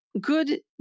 good